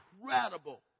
incredible